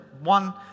one